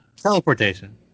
Teleportation